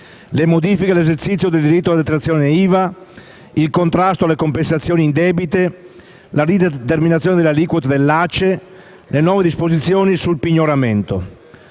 le modifiche all'esercizio del diritto alla detrazione IVA, il contrasto alle compensazioni indebite, la rideterminazione delle aliquote dell'aiuto alla crescita economica (ACE), le nuove disposizioni sul pignoramento.